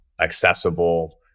accessible